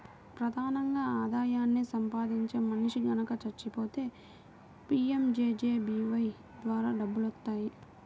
ప్రధానంగా ఆదాయాన్ని సంపాదించే మనిషి గనక చచ్చిపోతే పీయంజేజేబీవై ద్వారా డబ్బులొత్తాయి